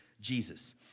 Jesus